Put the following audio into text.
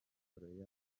byange